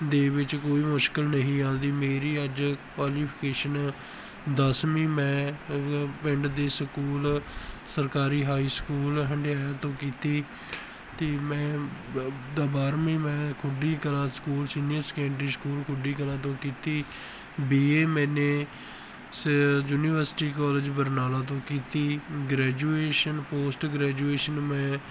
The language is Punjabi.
ਦੇ ਵਿੱਚ ਕੋਈ ਮੁਸ਼ਕਿਲ ਨਹੀਂ ਆਉਂਦੀ ਮੇਰੀ ਅੱਜ ਕੁਆਲੀਫਿਕੇਸ਼ਨ ਦਸਵੀਂ ਮੈਂ ਪਿੰਡ ਦੀ ਸਕੂਲ ਸਰਕਾਰੀ ਹਾਈ ਸਕੂਲ ਹੰਡਿਆਇਆ ਤੋਂ ਕੀਤੀ ਅਤੇ ਮੈਂ ਬ ਦਾ ਬਾਰ੍ਹਵੀਂ ਮੈਂ Khuddi Kalan school senior secondary school Khuddi Kalan ਤੋਂ ਕੀਤੀ ਬੀ ਏ ਮੈਨੇ ਸੇ ਯੂਨੀਵਰਸਿਟੀ ਕਾਲਜ ਬਰਨਾਲਾ ਤੋਂ ਕੀਤੀ ਗ੍ਰੈਜੂਏਸ਼ਨ ਪੋਸਟ ਗ੍ਰੈਜੂਏਸ਼ਨ ਮੈਂ